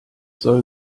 soll